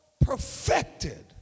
Perfected